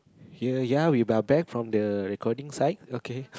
here ya we are back from the recording site